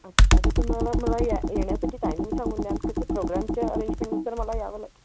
अच्छा तर तुम्हाला मला या येण्यासाठी टायमिंग सांगून द्याल कसं प्रोग्रामचे अरेंजमेंटनुसार मला यावं लागेल